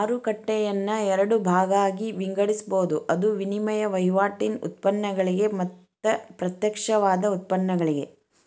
ಮಾರುಕಟ್ಟೆಯನ್ನ ಎರಡ ಭಾಗಾಗಿ ವಿಂಗಡಿಸ್ಬೊದ್, ಅದು ವಿನಿಮಯ ವಹಿವಾಟಿನ್ ಉತ್ಪನ್ನಗಳಿಗೆ ಮತ್ತ ಪ್ರತ್ಯಕ್ಷವಾದ ಉತ್ಪನ್ನಗಳಿಗೆ